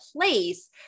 place